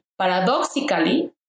Paradoxically